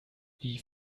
wie